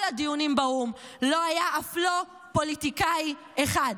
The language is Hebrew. הדיונים באו"ם לא היה אף לא פוליטיקאי אחד.